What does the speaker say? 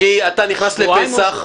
כי אתה נכנס לפסח.